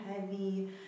heavy